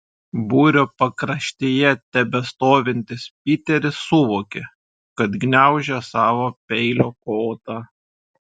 būrio pakraštyje tebestovintis piteris suvokė kad gniaužia savo peilio kotą